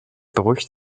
beruhigt